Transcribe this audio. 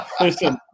listen